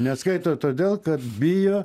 neskaito todėl kad bijo